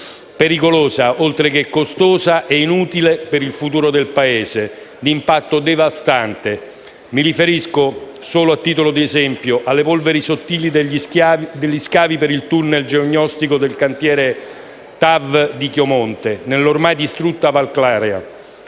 pericolosa, oltre che costosa e inutile per il futuro del Paese, di impatto devastante. Mi riferisco, solo a titolo di esempio, alle polveri sottili degli scavi per il *tunnel* geognostico del cantiere TAV di Chiomonte, nella ormai distrutta Val Clarea.